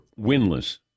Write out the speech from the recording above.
winless